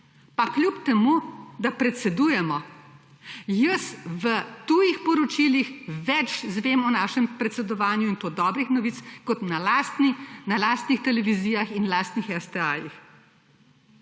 Pa kljub temu, da predsedujemo. Jaz v tujih poročilih več izvem o našem predsedovanju in to dobrih novic, kot na lastnih televizijah in lastnih STA-jih.